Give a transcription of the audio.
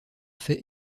fait